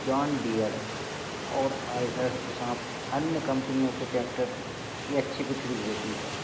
John Deere और आइशर के साथ अन्य कम्पनियों के टैक्टर की अच्छी बिक्री होती है